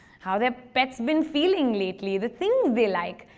how their pet's been feeling lately? the things they like.